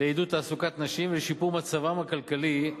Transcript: לעידוד תעסוקת נשים ולשיפור מצבן הכלכלי,